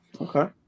Okay